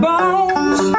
Bones